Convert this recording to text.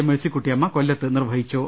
മേഴ്സിക്കുട്ടിയമ്മ കൊല്ലത്ത് നിർവഹിച്ചു